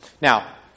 Now